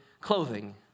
clothing